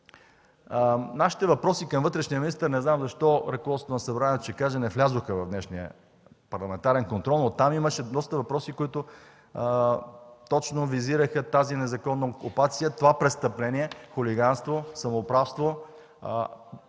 Нашите въпроси към вътрешния министър – не знам защо, ръководството на Събранието ще каже – не влязоха в днешния парламентарен контрол, но там имаше доста въпроси, които точно визираха тази незаконна окупация, това престъпление, хулиганство, самоуправство,